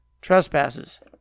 trespasses